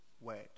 word